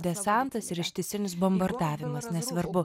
desantas ir ištisinis bombardavimas nesvarbu